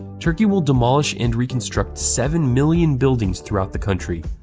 turkey will demolish and reconstruct seven million buildings throughout the country.